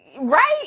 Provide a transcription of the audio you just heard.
Right